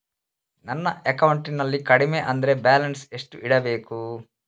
ನನ್ನ ಅಕೌಂಟಿನಲ್ಲಿ ಕಡಿಮೆ ಅಂದ್ರೆ ಬ್ಯಾಲೆನ್ಸ್ ಎಷ್ಟು ಇಡಬೇಕು?